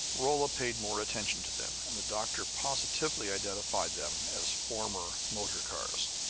rolla paid more attention to them, and the doctor positively identified them as former motor-cars.